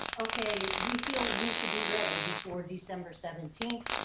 okay, we feel we could be ready before december seventeenth.